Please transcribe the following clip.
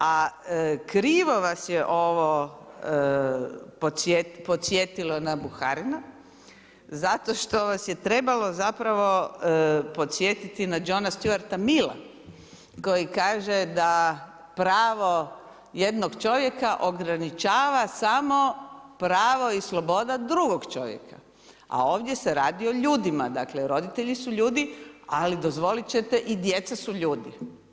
A krivo vas je ovo podsjetilo na Buharina zato što vas je trebalo zapravo podsjetiti na Johna Stuarta Milla koji kaže da pravo jednog čovjeka ograničava pravo i sloboda drugog čovjeka a ovdje se radi o ljudima, dakle roditelji su ljudi ali dozvoliti ćete i djeca su ljudi.